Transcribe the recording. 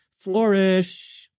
Flourish